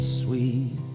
sweet